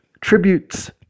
tributes